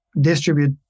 distribute